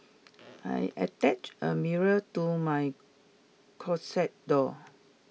I attached a mirror to my closet door